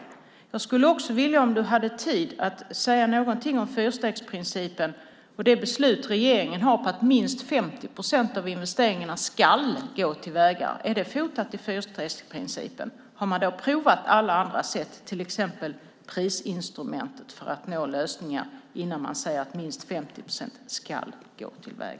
Om du har tid skulle jag vilja att du säger något om fyrstegsprincipen och det beslut regeringen har fattat om att minst 50 procent av investeringarna ska gå till vägar. Är det kopplat till fyrstegsprincipen? Har man provat alla andra sätt, till exempel prisinstrumentet, för att nå fram till lösningar innan man säger att minst 50 procent ska gå till väg?